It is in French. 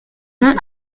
nom